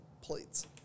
plates